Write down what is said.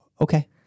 okay